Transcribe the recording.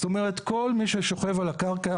זאת אומרת כל מי ששוכב על החול,